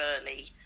early